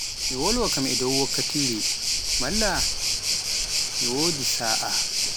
Mi walwa kam e dow wakkatire malla mo wodi sa'a.